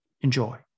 Enjoy